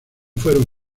fueron